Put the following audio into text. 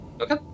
Okay